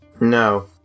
No